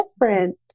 different